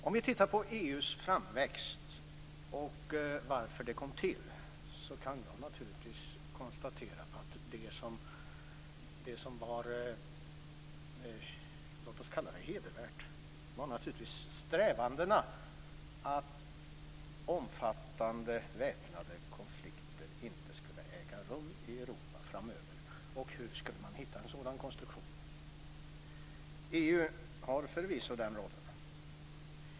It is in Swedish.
Om vi tittar närmare på EU:s framväxt och varför det kom till kan jag konstatera att det som var hedervärt naturligtvis var strävandena att omfattande väpnade konflikter inte skulle äga rum i Europa framöver och hur man skulle hitta en sådan konstruktion. EU har förvisso den rollen.